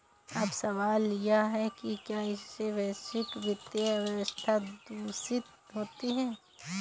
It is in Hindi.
अब सवाल यह है कि क्या इससे वैश्विक वित्तीय व्यवस्था दूषित होती है